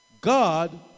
God